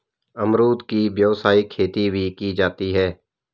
अमरुद की व्यावसायिक खेती भी की जाती है